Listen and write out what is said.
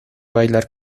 bailar